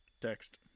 text